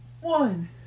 one